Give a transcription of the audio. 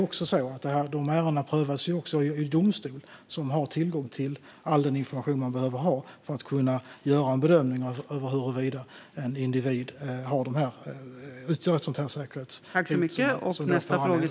Dessa ärenden prövas också i domstol, så de har tillgång till all den information som man behöver ha för att kunna göra en bedömning av huruvida en individ utgör ett sådant här säkerhets.